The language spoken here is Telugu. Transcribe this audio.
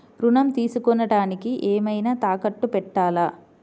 ఋణం తీసుకొనుటానికి ఏమైనా తాకట్టు పెట్టాలా?